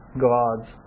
God's